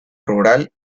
rural